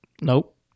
Nope